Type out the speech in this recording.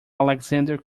alexander